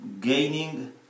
gaining